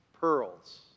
pearls